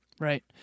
Right